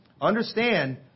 understand